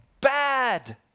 bad